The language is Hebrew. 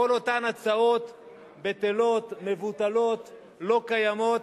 כל אותן הצעות בטלות, מבוטלות, לא קיימות.